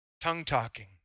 tongue-talking